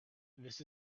this